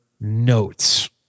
notes